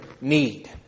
need